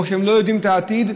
או שהם לא יודעים את העתיד,